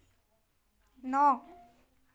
ন